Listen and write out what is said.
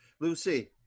lucy